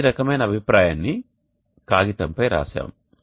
మనం ఈ రకమైన అభిప్రాయాన్ని కాగితంపై వ్రాసాము